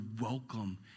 welcome